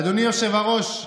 אדוני היושב-ראש,